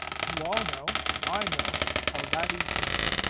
you all know and i know how that has been.